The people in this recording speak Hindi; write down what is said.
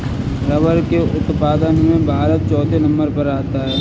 रबर के उत्पादन में भारत चौथे नंबर पर आता है